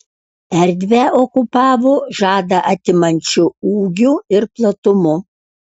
erdvę okupavo žadą atimančiu ūgiu ir platumu